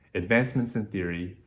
advancements in theory,